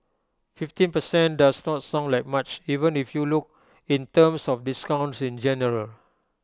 fifteen percent does not sound like much even if you look in terms of discounts in general